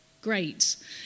Great